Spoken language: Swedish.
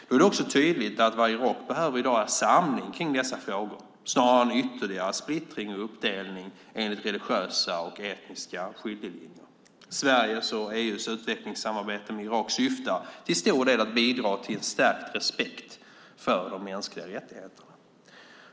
Det är också tydligt att vad Irak behöver i dag är samling kring dessa frågor snarare än ytterligare splittring och uppdelning enligt religiösa och etniska skiljelinjer. Sveriges och EU:s utvecklingssamarbete med Irak syftar till stor del till att bidra till stärkt respekt för de mänskliga rättigheterna.